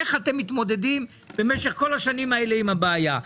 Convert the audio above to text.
איך אתם מתמודדים במשך כל השנים האלה עם הבעיה?